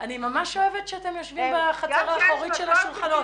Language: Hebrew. אני ממש אוהבת שאתם יושבים בחצר האחורית של השולחן.